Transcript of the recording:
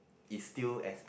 is still S_P